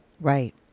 Right